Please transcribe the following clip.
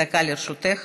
דקה לרשותך.